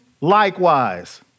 likewise